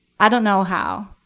i don't know how,